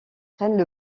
prennent